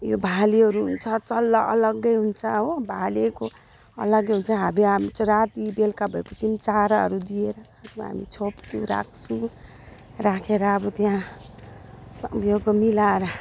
यो भालेहरू हुन्छ चल्ला अलग्गै हुन्छ हो भालेको अलग्गै हुन्छ हामी आउँछ राति बेलुका भएपछि चाराहरू दिएर हामी छोप्छु राख्छु राखेर अब त्यहाँ सा यो के मिलाएर